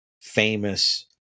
famous